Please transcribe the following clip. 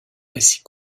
récits